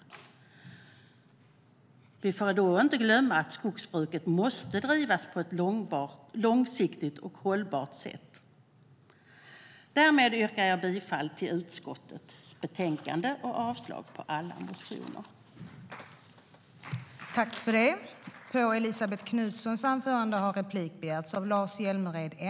Samtidigt får vi inte glömma att skogsbruket måste bedrivas på ett långsiktigt hållbart sätt.